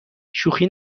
شوخی